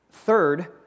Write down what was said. Third